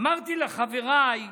אמרתי לחבריי: